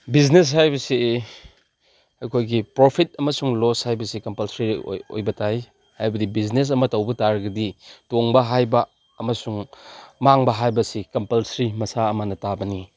business ꯍꯥꯏꯕꯁꯤ ꯑꯩꯈꯣꯏꯒꯤ profit ꯑꯃꯁꯨꯡ ꯂꯣꯁ ꯍꯥꯏꯕꯁꯤ ꯀꯝꯄꯜꯁꯔꯤ ꯑꯣꯏꯕ ꯇꯥꯏ ꯍꯥꯏꯕꯗꯤ ꯕꯤꯖꯤꯅꯦꯁ ꯑꯃ ꯇꯧꯕ ꯇꯥꯔꯒꯗꯤ ꯇꯣꯡꯕ ꯍꯥꯏꯕ ꯑꯃꯁꯨꯡ ꯃꯥꯡꯕ ꯍꯥꯏꯕꯁꯤ ꯀꯝꯄꯜꯁꯔꯤ ꯃꯁꯥ ꯑꯃꯅ ꯇꯥꯕꯅꯤ